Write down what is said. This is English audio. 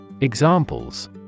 Examples